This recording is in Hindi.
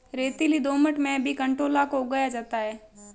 रेतीली दोमट में भी कंटोला को उगाया जाता है